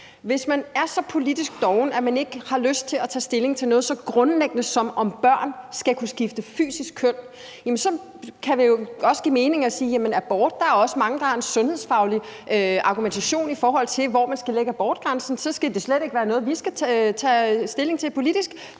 Hvis man er så politisk doven, at man ikke har lyst til at tage stilling til noget så grundlæggende som, om børn skal kunne skifte fysisk køn, jamen så kan det jo også give mening at sige i forhold til abort, at der også er mange, der har en sundhedsfaglig argumentation, i forhold til hvor man skal lægge abortgrænsen. Så skal det da slet ikke være noget, vi skal tage stilling til politisk